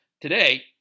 today